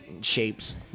shapes